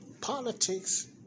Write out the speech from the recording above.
politics